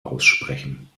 aussprechen